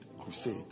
crusade